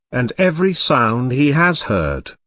and every sound he has heard,